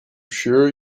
sure